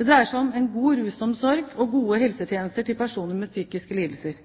Det dreier seg om en god rusomsorg og gode helsetjenester til personer med psykiske lidelser.